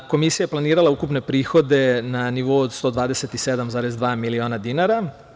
Komisija je planirala ukupne prihode na nivou od 127,2 miliona dinara.